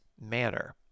manner